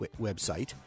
website